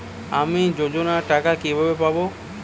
আমি যোজনার টাকা কিভাবে পাবো?